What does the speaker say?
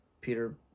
Peter